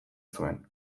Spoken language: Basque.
zuen